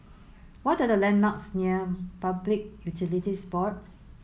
what are the landmarks near Public Utilities Board